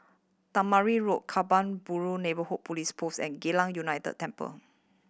Tangmere Road Kebun Baru Neighbourhood Police Post and Geylang United Temple